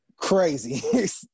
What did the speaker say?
crazy